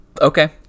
Okay